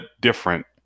different